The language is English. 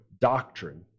doctrine